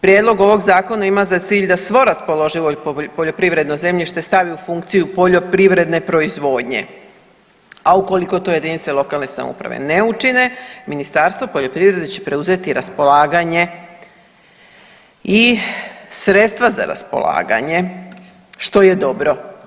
Prijedlog ovog zakona ima za cilj da svo raspoloživo i poljoprivredno zemljište stavi u funkciju poljoprivredne proizvodnje, a ukoliko to jedinice lokalne samouprave ne učine, Ministarstvo poljoprivrede će preuzeti raspolaganje i sredstva za raspolaganje što je dobro.